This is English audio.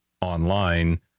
online